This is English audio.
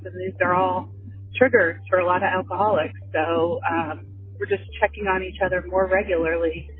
these are all triggers for a lot of alcoholics. so they're just checking on each other more regularly.